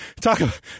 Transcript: talk